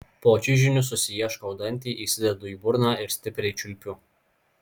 po čiužiniu susiieškau dantį įsidedu į burną ir stipriai čiulpiu